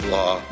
law